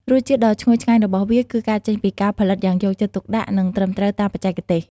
រសជាតិដ៏ឈ្ងុយឆ្ងាញ់របស់វា គឺកើតចេញពីការផលិតយ៉ាងយកចិត្តទុកដាក់ និងត្រឹមត្រូវតាមបច្ចេកទេស។